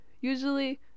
Usually